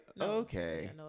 okay